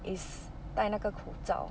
is 戴那个口罩